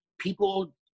people